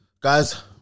Guys